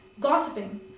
gossiping